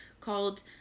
called